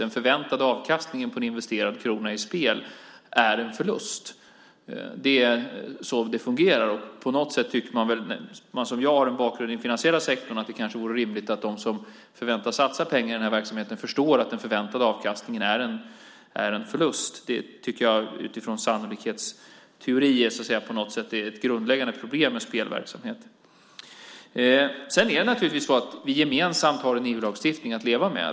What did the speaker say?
Den förväntade avkastningen på en investerad krona i spel är en förlust. Det är så det fungerar. På något sätt tycker man om man som jag har en bakgrund i den finansiella sektorn att det kanske vore rimligt att de som förväntas satsa pengar i verksamheten förstår att den förväntade avkastningen är en förlust. Det tycker jag utifrån sannolikhetsteori på något sätt är ett grundläggande problem med spelverksamhet. Vi har gemensamt en EU-lagstiftning att leva med.